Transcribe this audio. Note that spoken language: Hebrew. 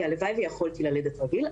כי הלוואי ויכולתי ללדת רגיל,